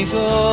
go